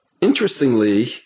Interestingly